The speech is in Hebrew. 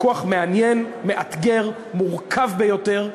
ויכוח מעניין, מאתגר, מורכב ביותר,